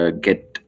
get